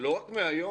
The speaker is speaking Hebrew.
ולא רק מהיום